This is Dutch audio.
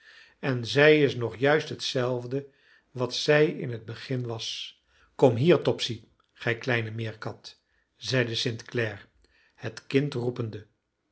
en zij is nog juist hetzelfde wat zij in het begin was kom hier topsy gij kleine meerkat zeide st clare het kind roepende